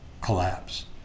collapse